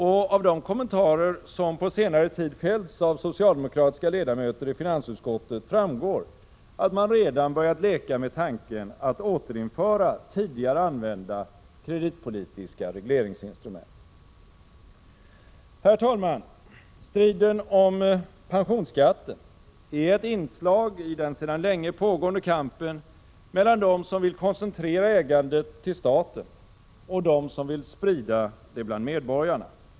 Och av de kommentarer som på senare tid fällts av socialdemokratiska ledamöter i finansutskottet framgår att man redan börjat leka med tanken att återinföra tidigare använda kreditpolitiska regleringsinstrument. Herr talman! Striden om pensionsskatten är ett inslag i den sedan länge pågående kampen mellan dem som vill koncentrera ägandet till staten och dem som vill sprida det bland medborgarna.